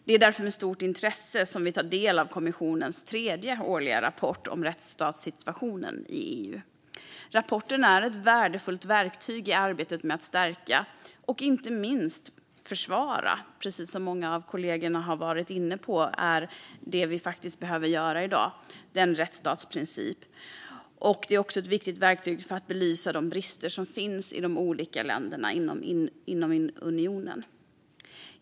Det är därför med stort intresse som vi tar del av kommissionens tredje årliga rapport om rättsstatssituationen i EU. Rapporten är ett värdefullt verktyg i arbetet med att stärka och inte minst försvara - precis som många av kollegorna har varit inne på är det faktiskt vad vi behöver göra i dag - rättsstatsprincipen. Den är också ett viktigt verktyg för att belysa de brister som finns i de olika länderna inom unionen.